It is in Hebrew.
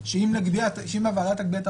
שאם המבחן שאתם נוקטים בו היום נוציא